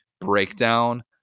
breakdown